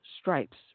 Stripes